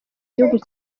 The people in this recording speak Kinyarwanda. gihugu